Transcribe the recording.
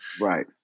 right